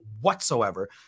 whatsoever